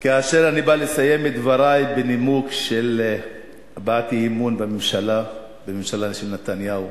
כאשר אני בא לסיים את דברי בנימוק הבעת אי-אמון בממשלה של נתניהו,